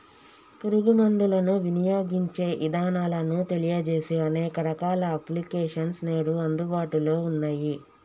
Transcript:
పురుగు మందులను వినియోగించే ఇదానాలను తెలియజేసే అనేక రకాల అప్లికేషన్స్ నేడు అందుబాటులో ఉన్నయ్యి